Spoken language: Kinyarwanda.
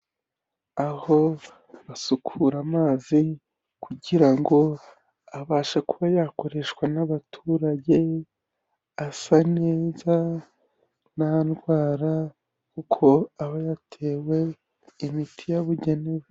Aho basukura amazi kugira ngo abashe kuba yakoreshwa n'abaturage asa neza nta ndwara kuko aba yatewe imiti yabugenewe.